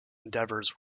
endeavors